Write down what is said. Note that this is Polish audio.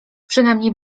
przynajmniej